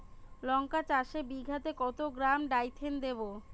লঙ্কা চাষে বিঘাতে কত গ্রাম ডাইথেন দেবো?